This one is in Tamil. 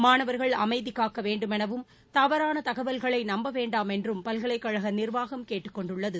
மாணவர்கள் அமைதி காக்க வேண்டும் எனவும் தவறான தகவல்களை நம்ப வேண்டாம் என்றும் பல்கலைக்கழக நிர்வாகம் கேட்டுக்கொண்டுள்ளது